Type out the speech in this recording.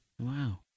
Wow